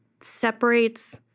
separates